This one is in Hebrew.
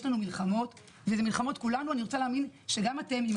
יש לנו מלחמות וכולנו נרצה להאמין שגם אתם וגם אנחנו,